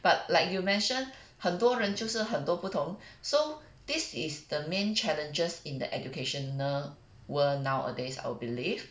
but like you mention 很多人就是很多不同 so this is the main challenges in the educational world nowadays I would believe